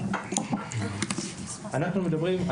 קודם כל,